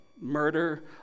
murder